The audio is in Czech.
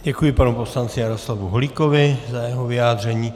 Děkuji panu poslanci Jaroslavu Holíkovi za jeho vyjádření.